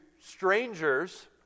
strangers